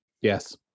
Yes